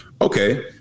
okay